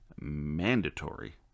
Mandatory